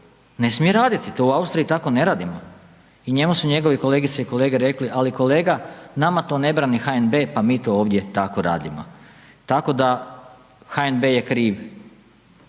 ne smije raditi, to u Austriji tako ne radimo i njemu su njegovi kolegice i kolege rekli, ali kolega nama to ne brani HNB pa mi to ovdje tako radimo. Tako da HNB je kriv,